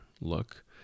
look